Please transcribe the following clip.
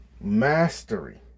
mastery